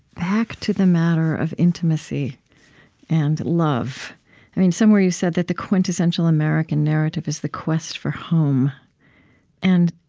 back to the matter of intimacy and love i mean somewhere you've said that the quintessential american narrative is the quest for home and